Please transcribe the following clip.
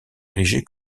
érigé